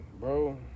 bro